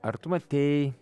ar tu matei